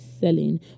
selling